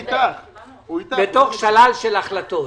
בתוך שלל של החלטות.